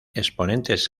exponentes